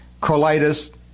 colitis